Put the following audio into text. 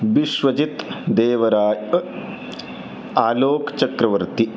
Vishwajit देवरायः आलोकचक्रवर्ती